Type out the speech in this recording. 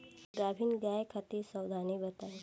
गाभिन गाय खातिर सावधानी बताई?